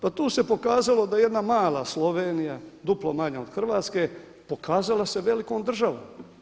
Pa tu se pokazalo da jedna mala Slovenija, duplo manja od Hrvatske, pokazala se velikom državom.